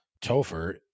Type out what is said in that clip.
Topher